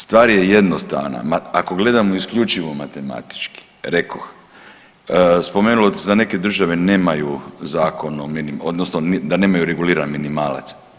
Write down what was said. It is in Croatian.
Stvar je jednostavna ako gledamo isključivo matematički rekoh, spomenuo sam neke države nemaju zakon o, odnosno da nemaju reguliran minimalac.